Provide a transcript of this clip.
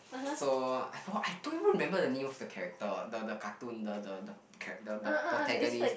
so I forgot I don't even remember the name of the character the the cartoon the the the character the protagonist